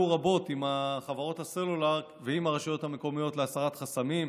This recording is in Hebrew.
רבות עם חברות הסלולר ועם הרשויות המקומיות להסרת חסמים,